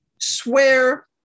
Swear